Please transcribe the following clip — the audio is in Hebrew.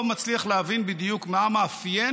נשים הן הראשונות להיפגע ממלחמה,